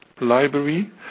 library